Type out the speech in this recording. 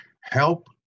Help